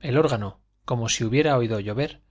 el órgano como si hubiera oído llover